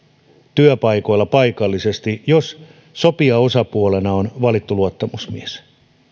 työpaikoilla paikallisesti jos sopijaosapuolena on valittu luottamusmies